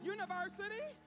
University